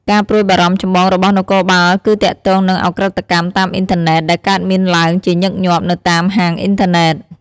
ការព្រួយបារម្ភចម្បងរបស់នគរបាលគឺទាក់ទងនឹង ឧក្រិដ្ឋកម្មតាមអ៊ីនធឺណិត ដែលកើតមានឡើង ជាញឹកញាប់ នៅតាម ហាងអ៊ីនធឺណិត។